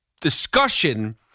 discussion